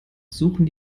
suchen